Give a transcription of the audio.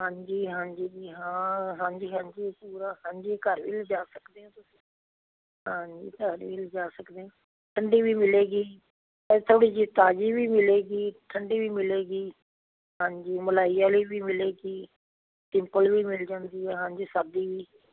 ਹਾਂਜੀ ਹਾਂਜੀ ਹਾਂ ਹਾਂਜੀ ਹਾਂਜੀ ਪੂਰਾ ਹਾਂਜੀ ਘਰ ਵੀ ਲਿਜਾ ਸਕਦੇ ਆ ਤੁਸੀਂ ਹਾਂਜੀ ਘਰ ਵੀ ਲਿਜਾ ਸਕਦੇ ਠੰਢੀ ਵੀ ਮਿਲੇਗੀ ਥੋੜ੍ਹੀ ਜਿਹੀ ਤਾਜ਼ੀ ਵੀ ਮਿਲੇਗੀ ਠੰਢੀ ਵੀ ਮਿਲੇਗੀ ਹਾਂਜੀ ਮਲਾਈ ਵਾਲੀ ਵੀ ਮਿਲੇਗੀ ਸਿੰਪਲ ਵੀ ਮਿਲ ਜਾਂਦੀ ਆ ਹਾਂਜੀ ਸਾਦੀ ਵੀ